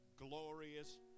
glorious